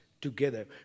together